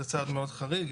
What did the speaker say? זה צעד מאוד חריג.